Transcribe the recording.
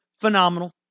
phenomenal